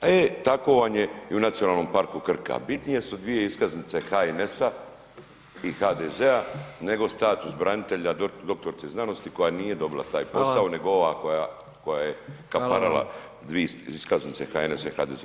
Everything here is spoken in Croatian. E tako vam je i u Nacionalnom parku Krka, bitnije su dvije iskaznice HNS-a i HDZ-a nego status branitelja doktorice znanosti koja nije dobila taj posao [[Upadica: Hvala.]] nego ova koje je kaparala dvije iskaznice HNS-a i HDZ-a.